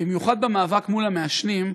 במיוחד במאבק מול המעשנים,